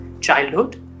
childhood